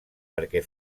perquè